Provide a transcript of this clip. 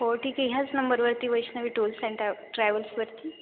हो ठीक आहे ह्याच नंबरवरती वैष्णवी टूर्स अँड ट्रॅवल्सवरती